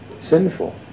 sinful